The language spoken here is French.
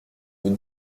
nous